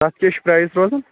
تَتھ کیٛاہ چھِ پرٛایز روزان